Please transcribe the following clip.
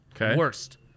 Worst